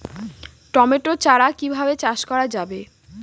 Tomato চারা কিভাবে চাষ করা যাবে?